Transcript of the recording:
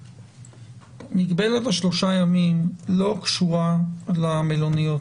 מגבלת שלושת הימים לא קשורה למלוניות.